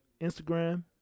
Instagram